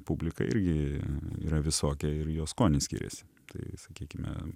publika irgi yra visokia ir jos skonis skiriasi tai sakykime